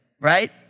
right